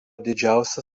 didžiausia